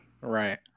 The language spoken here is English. right